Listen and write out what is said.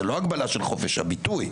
זה לא הגבלה של חופש הביטוי,